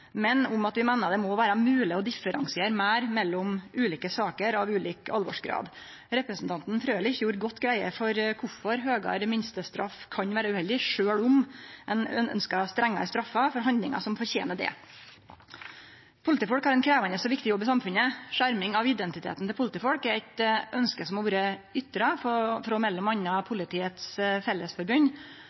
men om at vi meiner det må vere mogleg å differensiere meir mellom ulike saker av ulik alvorsgrad. Representanten Frølich gjorde godt greie for kvifor høgare minstestraff kan vere uheldig, sjølv om ein ønskjer strengare straffar for handlingar som fortener det. Politifolk har ein krevjande og viktig jobb i samfunnet. Skjerming av identiteten til politifolk er eit ønske som har vore ytra frå m.a. Politiets Fellesforbund.